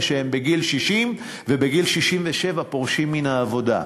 שהם בגיל 60 ובגיל 67 פורשים מן העבודה?